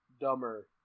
dumber